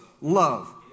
love